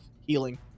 healing